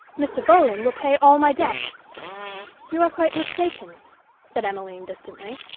mr. bowling will pay all my debts you are quite mistaken said emmeline distantly,